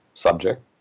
Subject